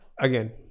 again